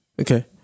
Okay